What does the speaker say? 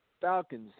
Falcons